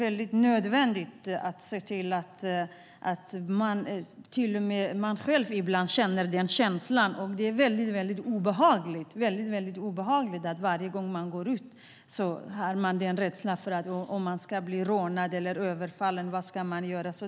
Man kan själv känna den känslan ibland, och det är väldigt obehagligt att varje gång man går ut vara rädd för att bli rånad eller överfallen - vad ska man göra då?